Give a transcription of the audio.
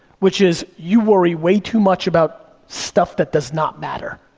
which is you worry way too much about stuff that does not matter.